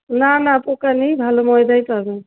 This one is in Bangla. না না পোকা নেই ভালো ময়দাই পাবেন